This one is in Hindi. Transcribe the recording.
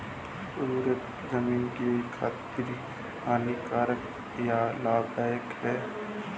उर्वरक ज़मीन की खातिर हानिकारक है या लाभदायक है?